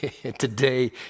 Today